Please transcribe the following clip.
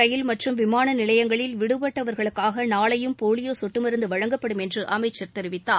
ரயில் மற்றும் விமான நிலையங்களில் விடுபட்டவர்களுக்காக நாளையும் போலியோ சொட்டு மருந்து வழங்கப்படும் என்று அமைச்சர் தெரிவித்தார்